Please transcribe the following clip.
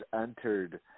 entered